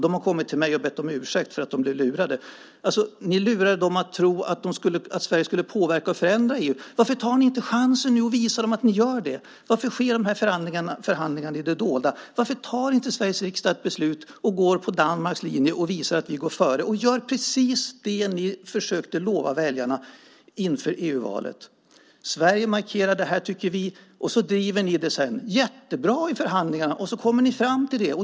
De har kommit till mig och bett om ursäkt för att de blev lurade. Ni lurade dem att tro att Sverige skulle påverka och förändra EU. Varför tar ni inte chansen nu och visar dem att ni gör det? Varför sker förhandlingarna i det dolda? Varför fattar inte Sveriges riksdag ett beslut och går på Danmarks linje, visar att vi går före och gör precis det som ni försökte lova väljarna inför EU-valet? Vi tycker att Sverige ska markera det. Sedan driver ni det jättebra i förhandlingarna och kommer fram till det.